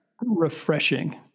refreshing